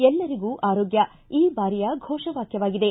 ಎಲ್ಲರಿಗೂ ಆರೋಗ್ಯ ಈ ಬಾರಿಯ ಫೋಷ ವಾಕ್ಯವಾಗಿದೆ